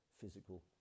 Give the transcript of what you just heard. physical